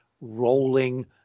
rolling